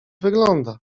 wygląda